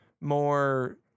more